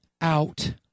out